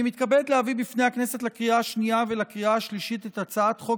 אני מתכבד להביא בפני הכנסת לקריאה השנייה ולקריאה השלישית את הצעת חוק